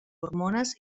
hormones